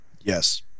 yes